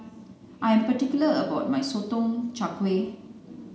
I am particular about my Sotong Char Kway